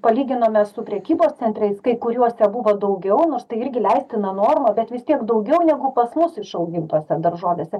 palyginome su prekybos centrais kai kuriuose buvo daugiau nors tai irgi leistina norma bet vis tiek daugiau negu pas mus išaugintose daržovėse